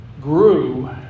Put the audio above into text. grew